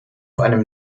einem